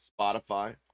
Spotify